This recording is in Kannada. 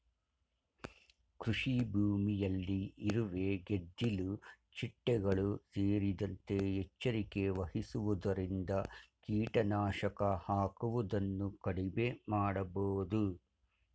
ಕೃಷಿಭೂಮಿಯಲ್ಲಿ ಇರುವೆ, ಗೆದ್ದಿಲು ಚಿಟ್ಟೆಗಳು ಸೇರಿದಂತೆ ಎಚ್ಚರಿಕೆ ವಹಿಸುವುದರಿಂದ ಕೀಟನಾಶಕ ಹಾಕುವುದನ್ನು ಕಡಿಮೆ ಮಾಡಬೋದು